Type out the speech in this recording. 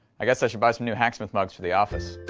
i guess i should buy some new hacksmith mugs for the office,